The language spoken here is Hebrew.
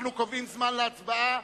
אנחנו קובעים זמן להצבעה,